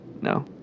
no